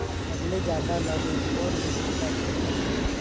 सबले ज्यादा नमी कोन मिट्टी ल सोखत हे?